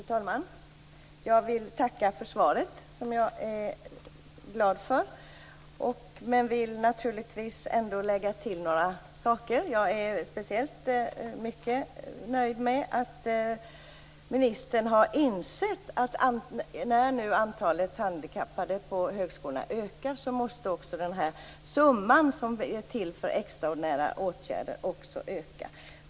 Fru talman! Jag vill tacka för svaret, som jag är glad för. Jag vill naturligtvis ändå lägga till några saker. Jag är speciellt nöjd med att ministern har insett att när antalet handikappade på högskolorna nu ökar måste den summa som är till för extraordinära åtgärder också öka.